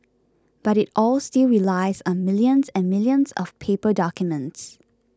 but it all still relies on millions and millions of paper documents